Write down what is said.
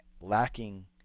lacking